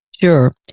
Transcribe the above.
Sure